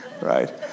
right